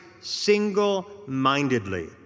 single-mindedly